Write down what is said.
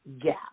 gap